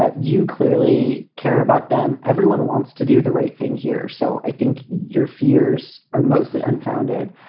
ah you clearly care about them. everyone wants to do the right thing here. so i think your fears are mostly unfounded.